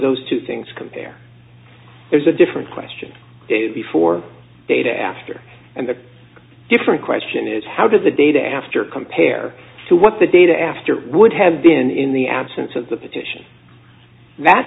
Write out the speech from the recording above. those two things compare there's a different question before data after and the different question is how does the data after compare to what the data after would have been in the absence of the petition that